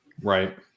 right